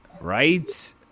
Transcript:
Right